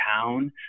town